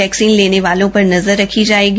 vaccine नलेने वालों पर नजर रखी जायेगी